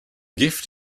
gift